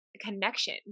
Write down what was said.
connection